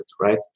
right